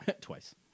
Twice